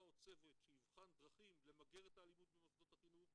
או צוות שיבחנו דרכים למגר את האלימות במוסדות החינוך,